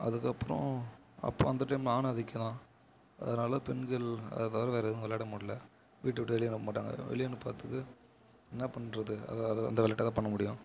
அதுக்கப்புறம் அப்போது அந்த டைம் ஆண் ஆதிக்கம் அதனால பெண்கள் அதை தவிர வேற எதுவும் விளாட முடில வீட்டை விட்டு வெளியே வர மாட்டாங்க வெளியே வந்து பார்த்துட்டு என்ன பண்ணுறது அதை அதை அந்த விளாட்டை தான் பண்ண முடியும்